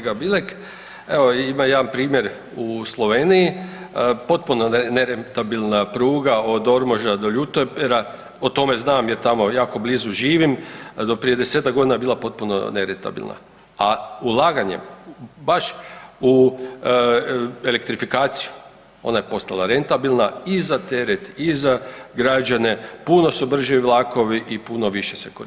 Kolega Bilek, evo ima jedan primjer u Sloveniji, potpuno nerentabilna pruga od Ormoža do Ljutomera, o tome znam jer tamo jako blizu živim, do prije 10-tak godina je bila potpuno nerentabilna, a ulaganjem baš u elektrifikaciju ona je postala rentabilna i za teret i za građane, puno su brži vlakovi i puno više se koristi.